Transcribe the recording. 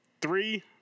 three